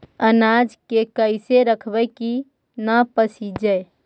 अनाज के कैसे रखबै कि न पसिजै?